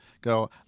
go